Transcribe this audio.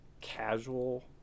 casual